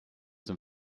zum